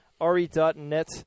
RE.net